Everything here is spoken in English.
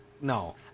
no